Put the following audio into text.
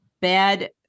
bad